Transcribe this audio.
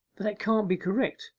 that can't be correct!